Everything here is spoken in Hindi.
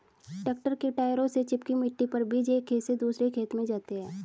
ट्रैक्टर के टायरों से चिपकी मिट्टी पर बीज एक खेत से दूसरे खेत में जाते है